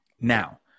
Now